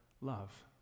love